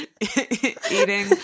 eating